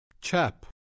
Chap